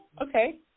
okay